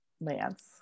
Lance